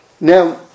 Now